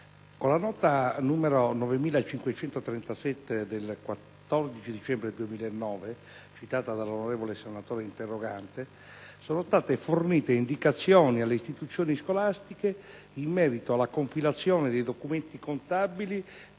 con la nota n. 9537 del 14 dicembre 2009 citata dall'onorevole senatore interrogante sono state fornite indicazioni alle istituzioni scolastiche in merito alla compilazione dei documenti contabili